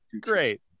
great